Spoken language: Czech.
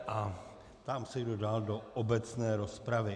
Ptám se, kdo dál do obecné rozpravy.